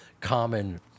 common